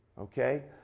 Okay